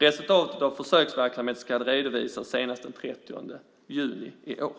Resultatet av försöksverksamheten ska redovisas senast den 30 juni i år.